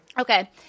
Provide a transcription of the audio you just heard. Okay